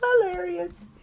hilarious